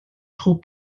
trop